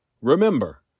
Remember